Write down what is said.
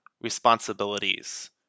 responsibilities